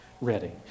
ready